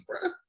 bro